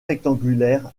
rectangulaire